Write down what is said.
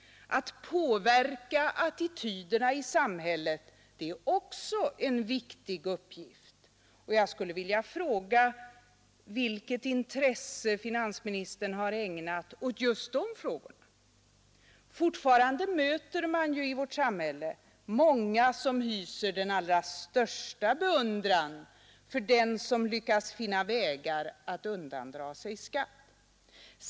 Att påverka attityderna i samhället är också en viktig uppgift, och jag skulle vilja fråga vilket intresse finansministern har ägnat åt just de problemen. Fortfarande möter man i vårt samhälle många som hyser den allra största beundran för den som lyckats finna vägar att undandra sig skatt.